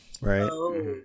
Right